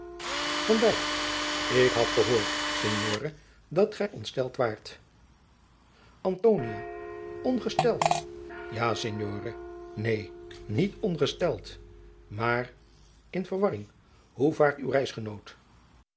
ik had gehoord signore dat gij ongesteld waart antonia ongesteld ja signore neen niet onadriaan loosjes pzn het leven van maurits lijnslager gesteld maar in verwarring hoe vaart uw reisgenoot